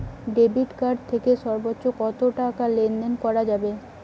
Debit card থেকে সর্বোচ্চ কত টাকা লেনদেন করা যাবে?